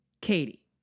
Katie